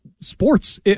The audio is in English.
sports